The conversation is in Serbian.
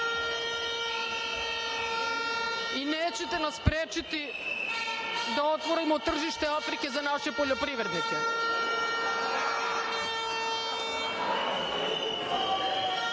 i nećete nas sprečiti da otvorimo tržište Afrike za naše poljoprivrednike. Bando